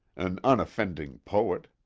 an unoffending poet!